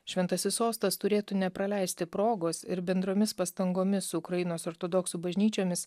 šventasis sostas turėtų nepraleisti progos ir bendromis pastangomis su ukrainos ortodoksų bažnyčiomis